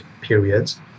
periods